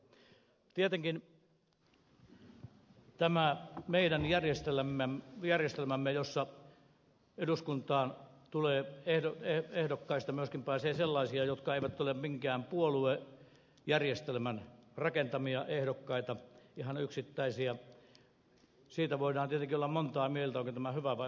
tietenkin tästä meidän järjestelmämme jossa eduskuntaan pääsee myös sellaisia ehdokkaista jotka eivät ole minkään puoluejärjestelmän rakentamia vaan ihan yksittäisiä voidaan olla montaa mieltä onko tämä hyvä vai huono